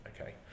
Okay